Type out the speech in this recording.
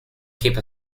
keep